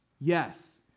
Yes